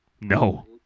no